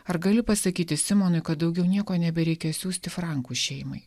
ar gali pasakyti simonui kad daugiau nieko nebereikia siųsti frankų šeimai